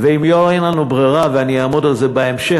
ואם לא אין לנו ברירה, ואני אעמוד על זה בהמשך,